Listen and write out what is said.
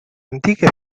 antiche